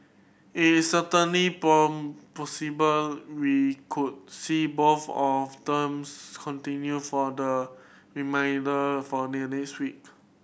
it is certainly possible we could see both of themes continue for the remainder for the next week